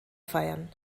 feiern